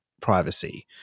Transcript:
Privacy